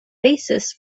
basis